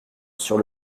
sur